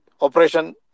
Operation